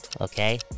Okay